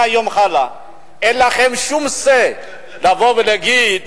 מהיום והלאה אין לכם שום say לבוא ולהגיד